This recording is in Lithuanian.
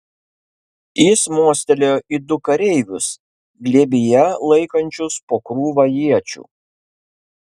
jis mostelėjo į du kareivius glėbyje laikančius po krūvą iečių